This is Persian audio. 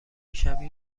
شبیه